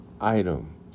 item